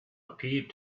appeared